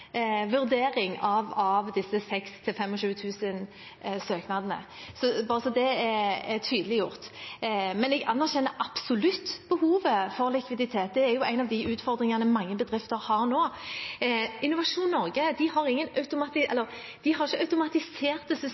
av disse 6 000–25 000 søknadene – bare så det er tydeliggjort. Men jeg anerkjenner absolutt behovet for likviditet. Det er en av de utfordringene mange bedrifter har nå. Innovasjon Norge har